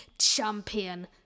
Champion